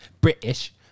British